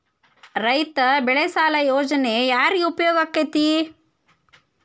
ರೈತ ಬೆಳೆ ಸಾಲ ಯೋಜನೆ ಯಾರಿಗೆ ಉಪಯೋಗ ಆಕ್ಕೆತಿ?